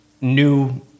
new